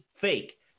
fake